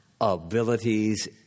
abilities